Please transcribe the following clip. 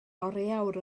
oriawr